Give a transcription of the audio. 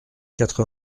quatre